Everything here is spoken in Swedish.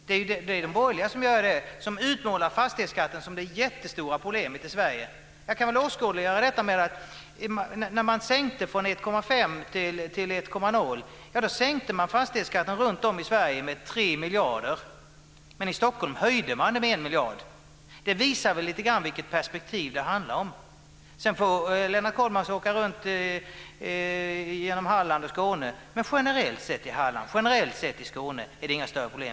Det är de borgerliga som utmålar fastighetsskatten som det jättestora problemet i Sverige. Jag kan åskådliggöra detta med följande: När skatten sänktes från 1,5 % till 1,0 då sänktes fastighetsskatten runtom i Sverige med 3 miljarder kronor, men i Stockholm höjdes skatten med 1 miljard kronor. Det visar väl lite grann vilket perspektiv det handlar om. Lennart Kollmats kan åka runt i Halland och Skåne. Men generellt sett i Halland och Skåne finns inga större problem.